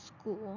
school